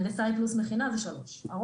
הנדסאי פלוס מכינה זה שלוש שנים.